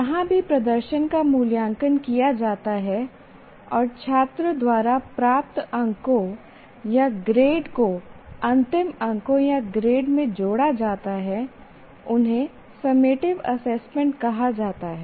जहां भी प्रदर्शन का मूल्यांकन किया जाता है और छात्र द्वारा प्राप्त अंकों या ग्रेड को अंतिम अंकों या ग्रेड में जोड़ा जाता है उन्हें सममेटिव एसेसमेंट कहा जाता है